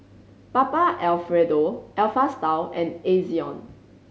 Papa Alfredo Alpha Style and Ezion